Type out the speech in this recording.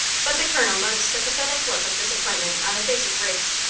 but the colonel noticed the pathetic look of disappointment on the face of briggs,